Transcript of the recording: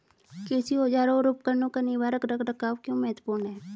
कृषि औजारों और उपकरणों का निवारक रख रखाव क्यों महत्वपूर्ण है?